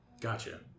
Gotcha